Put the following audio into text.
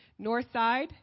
Northside